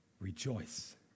Rejoice